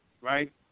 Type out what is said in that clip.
right